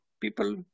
people